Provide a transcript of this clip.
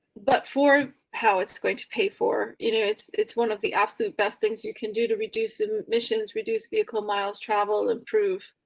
but for how it's going to pay for, you know it's it's one of the absolute best things you can do to reduce emissions, reduce vehicle miles, traveled to improve.